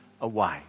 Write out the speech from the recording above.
away